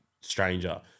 stranger